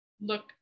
look